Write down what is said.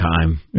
time